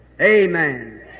Amen